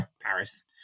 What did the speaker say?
paris